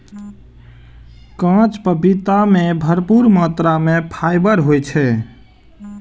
कांच पपीता मे भरपूर मात्रा मे फाइबर होइ छै